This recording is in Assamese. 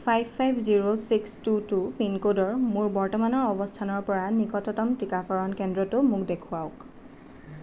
five five zero six two two পিনক'ডৰ মোৰ বৰ্তমানৰ অৱস্থানৰ পৰা নিকটতম টিকাকৰণ কেন্দ্ৰটো মোক দেখুৱাওঁক